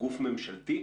גוף ממשלתי?